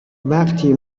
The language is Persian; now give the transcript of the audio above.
وقتی